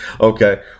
okay